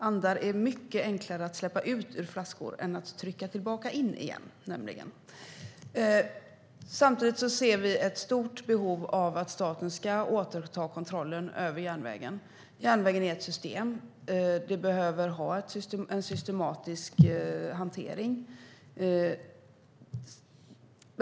Andar är nämligen mycket enklare att släppa ut ur flaskor än att trycka tillbaka in igen. Samtidigt ser vi ett stort behov av att staten ska återta kontrollen över järnvägen. Järnvägen är ett system som behöver ha en systematisk hantering.